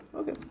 Okay